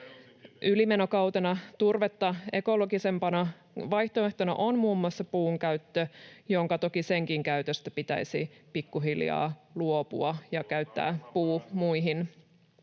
Ylimenokautena turvetta ekologisempana vaihtoehtona on muun muassa puun käyttö, mutta toki senkin käytöstä pitäisi pikkuhiljaa luopua [Juha Mäenpää: Tuottaa